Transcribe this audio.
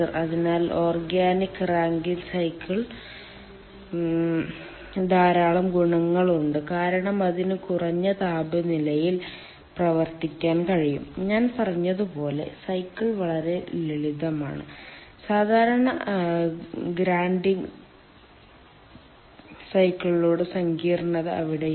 അതിനാൽ organic Rankine സൈക്കിൾക്ക് ധാരാളം ഗുണങ്ങളുണ്ട് കാരണം ഇതിന് കുറഞ്ഞ താപനിലയിൽ പ്രവർത്തിക്കാൻ കഴിയും ഞാൻ പറഞ്ഞതുപോലെ സൈക്കിൾ വളരെ ലളിതമാണ് സാധാരണ ഗ്രാൻറിംഗ് സൈക്കിളുകളുടെ സങ്കീർണ്ണത അവിടെയില്ല